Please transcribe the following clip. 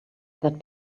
that